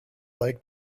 like